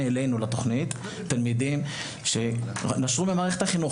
אלינו לתוכנית תלמידים שנשרו ממערכת החינוך,